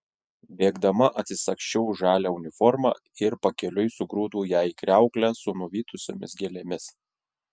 bėgdama atsisagsčiau žalią uniformą ir pakeliui sugrūdau ją į kriauklę su nuvytusiomis gėlėmis